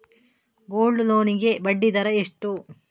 Gold loan ಗೆ ಬಡ್ಡಿ ದರ ಎಷ್ಟು?